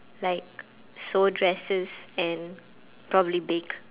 like sew dresses and probably bake